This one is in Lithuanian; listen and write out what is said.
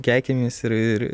keikiamės ir ir